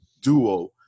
duo